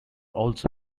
also